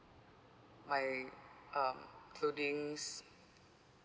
my um clothings